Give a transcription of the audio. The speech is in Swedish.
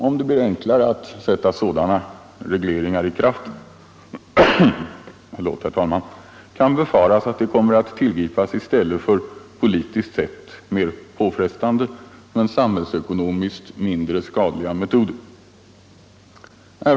Om det blir enklare att sätta sådana regleringar i kraft kan det befaras att de kommer att tillgripas i stället för politiskt sett mer påfrestande men samhällsekonomiskt mindre skadliga metoder.